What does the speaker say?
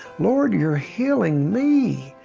lord, your healing me.